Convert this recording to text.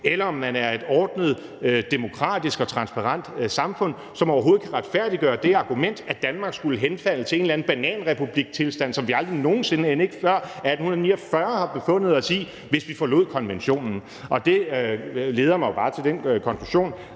og at man er et ordnet, demokratisk og transparent samfund, som overhovedet kan retfærdiggøre det argument, at Danmark skulle henfalde til en eller anden bananrepubliktilstand, som vi aldrig nogen sinde – end ikke før 1849 – har befundet os i, hvis vi forlod konventionen. Det leder mig jo bare til den konklusion,